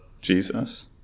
Jesus